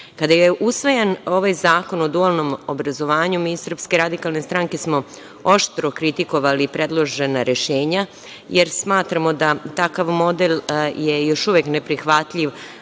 je usvojen ovaj Zakon o dualnom obrazovanju, mi iz SRS smo oštro kritikovali predložena rešenja, jer smatramo da takav model je još uvek neprihvatljiv